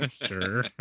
Sure